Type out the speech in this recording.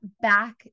back